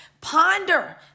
ponder